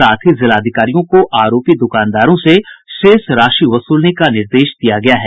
साथ ही जिलाधिकारियों को आरोपी द्रकानदारों से शेष राशि वसुलने का निर्देश दिया गया है